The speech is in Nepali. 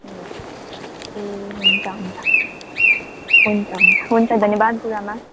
ए हुन्छ हुन्छ हुन्छ हुन्छ हुन्छ धन्यवाद गुरुआमा